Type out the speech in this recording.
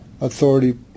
authority